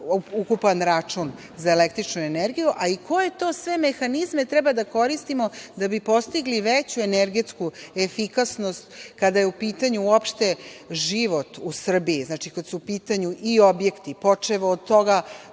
ukupan račun za električnu energiju. Koje to sve mehanizme treba da koristimo da bi postigli veću energetsku efikasnost, kada je u pitanju uopšte život u Srbiji, znači, kad su u pitanju i objekti, javni